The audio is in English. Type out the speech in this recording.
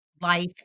life